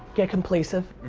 get complacive.